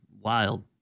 Wild